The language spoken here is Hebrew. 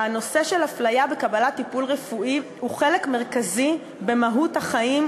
הנושא של הפליה בקבלת טיפול רפואי הוא חלק מרכזי במהות החיים,